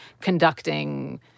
conducting